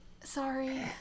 sorry